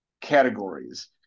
categories